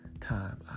time